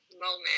moment